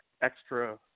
extra